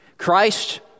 Christ